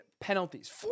penalties